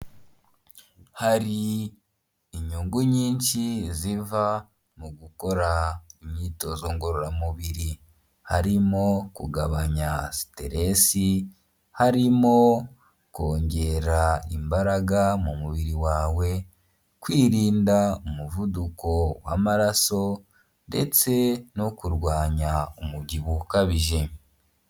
Hari inyungu nyinshi ziva mu gukora imyitozo ngororamubiri. Harimo kugabanya siteresi, harimo kongera imbaraga mu mubiri wawe, kwirinda umuvuduko w'amaraso ndetse no kurwanya umubyibuho ukabije.